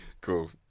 cool